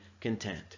content